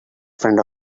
friend